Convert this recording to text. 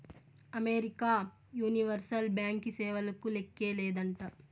America universal బ్యాంకీ సేవలకు లేక్కే లేదంట